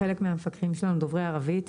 חלק מהמפקחים שלנו דוברי ערבית.